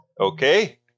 Okay